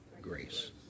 Grace